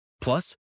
Plus